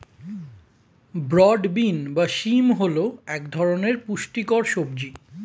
broad bean বা শিম হল এক ধরনের পুষ্টিকর সবজি